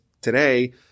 today